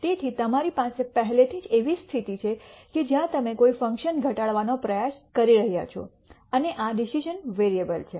તેથી તમારી પાસે પહેલેથી જ એવી સ્થિતિ છે કે જ્યાં તમે કોઈ ફંકશન ઘટાડવાનો પ્રયાસ કરી રહ્યાં છો અને આ ડિસિશ઼ન વેરીઅબલ છે